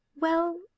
Well